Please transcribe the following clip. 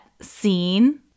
scene